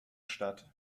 statt